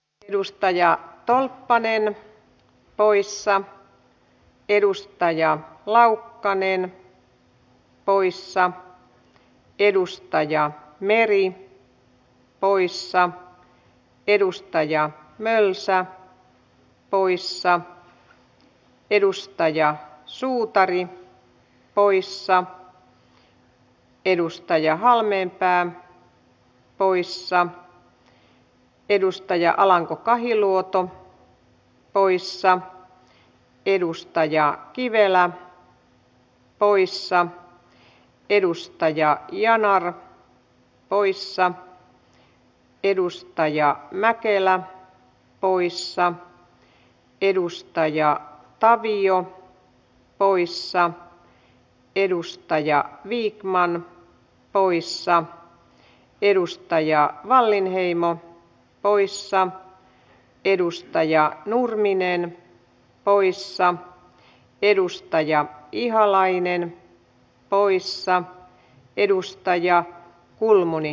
edustaja tolppanen poissa edustaja laukkanen poissa edustaja meri poissa edustaja mölsä poissa edustaja suutari poissa edustaja halmeenpää poissa edustaja alanko kahiluoto poissa edustaja kivelä poissa edustaja yanar poissa edustaja mäkelä poissa edustaja tavio poissa edustaja vikman poissa edustaja wallinheimo poissa edustaja nurminen poissa edustaja ihalainen poissa edustaja kulmuni paikalla